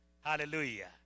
Hallelujah